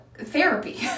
therapy